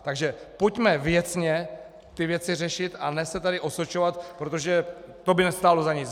Takže pojďme věcně ty věci řešit a ne se tady osočovat, protože to by nestálo za nic.